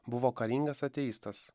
buvo karingas ateistas